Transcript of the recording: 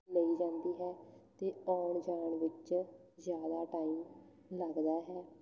ਲਈ ਜਾਂਦੀ ਹੈ ਅਤੇ ਆਉਣ ਜਾਣ ਵਿੱਚ ਜ਼ਿਆਦਾ ਟਾਈਮ ਲੱਗਦਾ ਹੈ